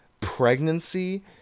pregnancy